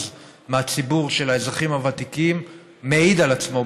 מהציבור של האזרחים הוותיקים מעיד על עצמו,